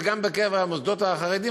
וגם בקרב המוסדות החרדים,